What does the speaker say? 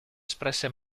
espresse